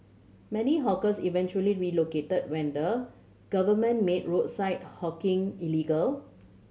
many hawkers eventually relocated when the government made roadside hawking illegal